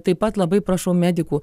taip pat labai prašau medikų